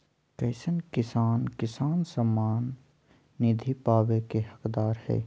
कईसन किसान किसान सम्मान निधि पावे के हकदार हय?